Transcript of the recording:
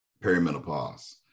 perimenopause